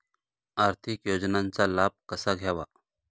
आर्थिक योजनांचा लाभ कसा घ्यावा?